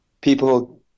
people